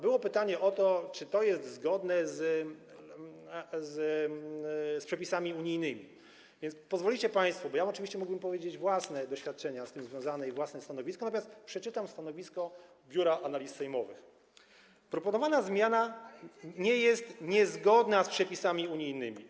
Było pytanie o to, czy to jest zgodne z przepisami unijnymi, więc pozwolicie państwo - oczywiście mógłbym opowiedzieć też o własnych doświadczeniach z tym związanych i przedstawić własne stanowisko - że przeczytam stanowisko Biura Analiz Sejmowych: Proponowana zmiana nie jest niezgodna z przepisami unijnymi.